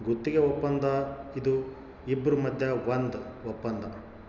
ಗುತ್ತಿಗೆ ವಪ್ಪಂದ ಇದು ಇಬ್ರು ಮದ್ಯ ಒಂದ್ ವಪ್ಪಂದ